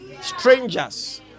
Strangers